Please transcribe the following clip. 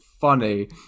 funny